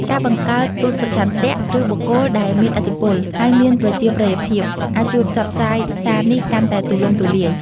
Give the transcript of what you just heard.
ការបង្កើតទូតសុឆន្ទៈ ឬបុគ្គលដែលមានឥទ្ធិពល ហើយមានប្រជាប្រិយភាព អាចជួយផ្សព្វផ្សាយសារនេះកាន់តែទូលំទូលាយ។